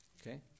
Okay